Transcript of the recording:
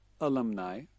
alumni